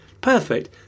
perfect